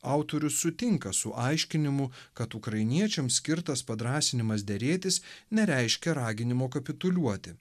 autorius sutinka su aiškinimu kad ukrainiečiam skirtas padrąsinimas derėtis nereiškia raginimo kapituliuoti